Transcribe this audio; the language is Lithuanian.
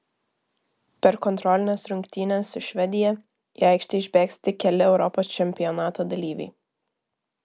per kontrolines rungtynes su švedija į aikštę išbėgs tik keli europos čempionato dalyviai